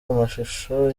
amashusho